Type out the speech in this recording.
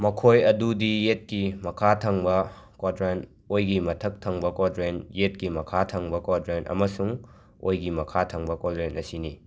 ꯃꯈꯣꯏ ꯑꯗꯨꯗꯤ ꯌꯦꯠꯀꯤ ꯃꯈꯥ ꯊꯪꯕ ꯀ꯭ꯋꯥꯗ꯭ꯔꯦꯟ ꯑꯣꯏꯒꯤ ꯃꯊꯛ ꯊꯪꯕ ꯀ꯭ꯋꯥꯗ꯭ꯔꯦꯟ ꯌꯦꯠꯀꯤ ꯃꯈꯥ ꯊꯪꯕ ꯀ꯭ꯋꯥꯗ꯭ꯔꯦꯟ ꯑꯃꯁꯨꯡ ꯑꯣꯏꯒꯤ ꯃꯈꯥ ꯊꯪꯕ ꯀ꯭ꯋꯥꯗ꯭ꯔꯦꯟ ꯑꯁꯤꯅꯤ